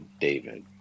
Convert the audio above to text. David